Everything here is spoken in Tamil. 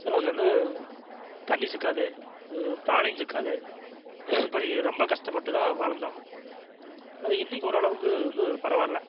தண்ணி சிக்காது தானியம் சிக்காது இப்படி ரொம்ப கஸ்டப்பட்டு தான் வாழ்ந்தோம் ஆனால் இன்னைக்கு ஓரளவுக்கு வந்து பரவாயில்ல